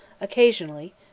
occasionally